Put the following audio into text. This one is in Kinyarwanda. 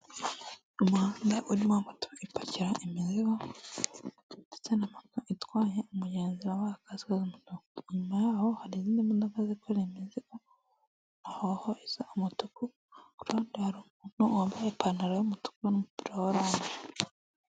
Umuhanda urimo moto ipakira imizigo ndetse na moto itwaye umugenzi wabakazwa inyuma yaho hari izindi modoka zikora rimeze ahohoreza umutuku ku ruhande hari umuntu wambaye ipantaro y'umutuku n'umupira wa orange.